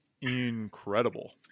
incredible